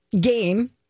game